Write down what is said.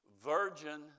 virgin